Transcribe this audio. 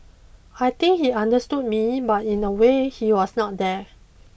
I think he understood me but in a way he was not there